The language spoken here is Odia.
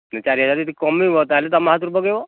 ଚାରି ହଜାରରୁ ଯଦି କମିବ ତାହେଲେ ତୁମ ହାତରୁ ପକେଇବ